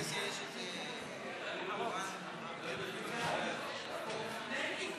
כשהיה על נוער, הייתי אומרת: